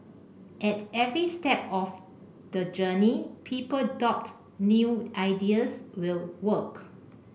at every step of the journey people doubt new ideas will work